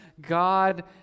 God